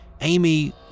Amy